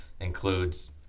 includes